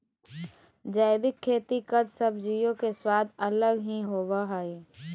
जैविक खेती कद सब्जियों के स्वाद अलग ही होबो हइ